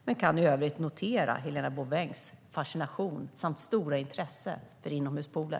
Jag kan i övrigt notera Helena Bouvengs fascination samt stora intresse för inomhuspooler.